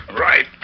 Right